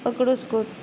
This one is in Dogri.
पकड़ उसको